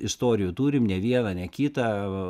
istorijų turim ne vieną ne kitą